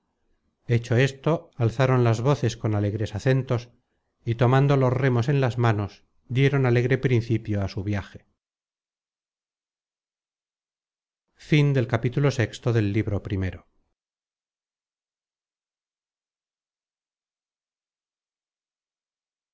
bastimentos hecho esto alzaron las voces con alegres acentos y tomando los remos en las manos dieron alegre principio á su viaje